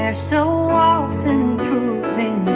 ah so often proves in